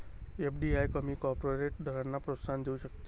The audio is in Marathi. एफ.डी.आय कमी कॉर्पोरेट दरांना प्रोत्साहन देऊ शकते